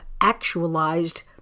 actualized